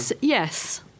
Yes